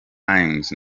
times